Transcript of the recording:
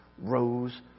rose